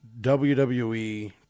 WWE